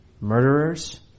murderers